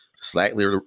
slightly